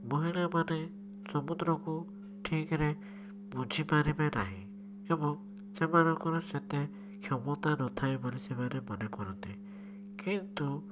ମହିଳାମାନେ ସମୁଦ୍ରକୁ ଠିକରେ ବୁଝିପାରିବେ ନାହିଁ ଏବଂ ସେମାନଙ୍କର ସେତେ କ୍ଷମତା ନଥାଏ ବୋଲି ସେମାନେ ମନେ କରନ୍ତି କିନ୍ତୁ